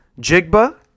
Jigba